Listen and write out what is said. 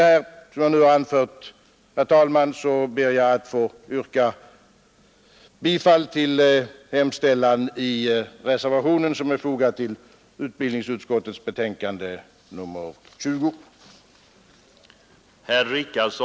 Med vad jag nu anfört ber jag att få yrka bifall till den reservation av mig och fru Sundberg som är fogad till utbildningsutskottets betänkande nr 20.